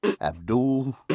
Abdul